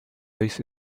this